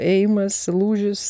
ėjimas lūžis